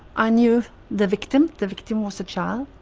i knew the victim the victim was a child.